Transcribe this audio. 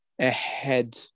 ahead